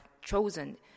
chosen